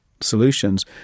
solutions